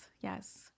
Yes